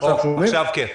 עכשיו כן.